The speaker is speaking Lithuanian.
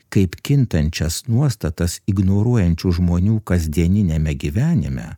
kaip kintančias nuostatas ignoruojančių žmonių kasdieniniame gyvenime